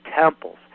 temples